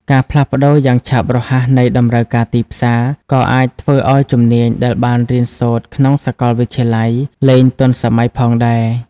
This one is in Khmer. ការផ្លាស់ប្តូរយ៉ាងឆាប់រហ័សនៃតម្រូវការទីផ្សារ ក៏អាចធ្វើឲ្យជំនាញដែលបានរៀនសូត្រក្នុងសាកលវិទ្យាល័យ លែងទាន់សម័យផងដែរ។